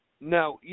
Now